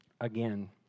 again